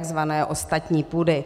tzv. ostatní půdy.